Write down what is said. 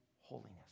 holiness